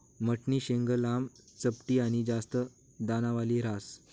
मठनी शेंग लांबी, चपटी आनी जास्त दानावाली ह्रास